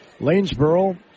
Lanesboro